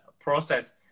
process